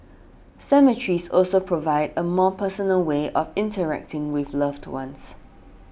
cemeteries also provide a more personal way of interacting with loved ones